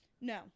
No